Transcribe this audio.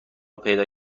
پیدا